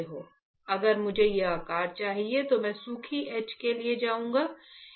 अगर मुझे यह आकार चाहिए तो मैं सूखी ईच के लिए जाऊँगा